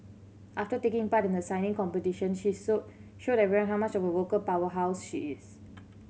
after taking part in the signing competition she so showed everyone how much of a vocal powerhouse she is